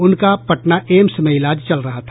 उनका पटना एम्स में इलाज चल रहा था